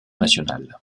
national